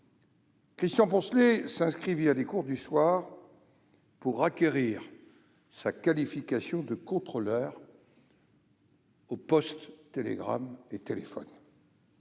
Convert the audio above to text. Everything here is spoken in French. Christian Poncelet s'inscrivit à des cours du soir pour acquérir sa qualification de contrôleur aux Postes, télégraphes et téléphones.